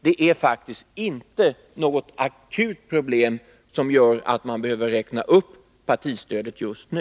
Det föreligger faktiskt inte något akut problem som gör att man behöver räkna upp partistödet just nu.